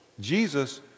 Jesus